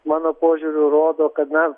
mano požiūriu rodo kad na